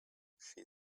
she